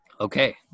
Okay